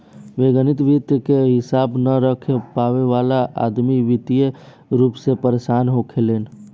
व्यग्तिगत वित्त के हिसाब न रख पावे वाला अदमी वित्तीय रूप से परेसान होखेलेन